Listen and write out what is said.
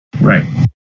Right